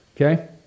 Okay